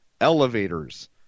elevators